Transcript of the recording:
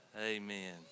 Amen